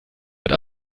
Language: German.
wird